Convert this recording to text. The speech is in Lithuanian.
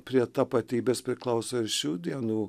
prie tapatybės priklauso ir šių dienų